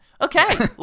Okay